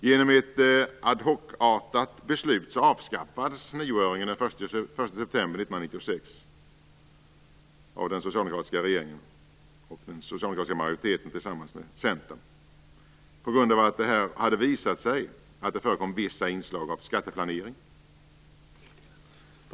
Genom ett ad hoc-artat beslut avskaffades nioöringen den 1 september 1996 av den socialdemokratiska majoriteten tillsammans med Centern på grund av att det hade visat sig att det förekom vissa inslag av skatteplanering.